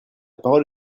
parole